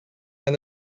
and